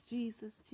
Jesus